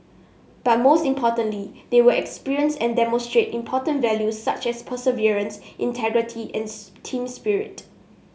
but most importantly they will experience and demonstrate important values such as perseverance integrity and team spirit